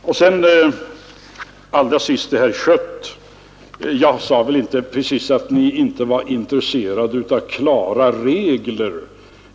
Allra sist vill jag framhålla för herr Schött att jag väl inte precis sade att ni inte var intresserade av klara regler.